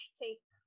take